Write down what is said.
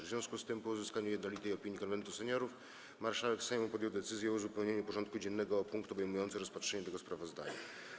W związku z tym, po uzyskaniu jednolitej opinii Konwentu Seniorów, marszałek Sejmu podjął decyzję o uzupełnieniu porządku dziennego o punkt obejmujący rozpatrzenie tego sprawozdania.